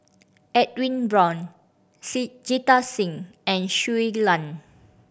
Edwin Brown Sit Jita Singh and Shui Lan